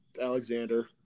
Alexander